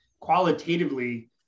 qualitatively